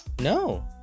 No